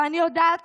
ואני יודעת